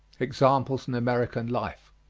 examples in american life.